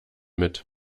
mit